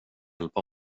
hjälpa